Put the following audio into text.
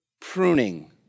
pruning